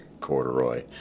Corduroy